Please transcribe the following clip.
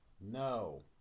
No